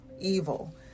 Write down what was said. evil